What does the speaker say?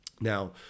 now